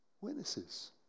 witnesses